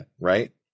right